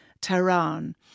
Tehran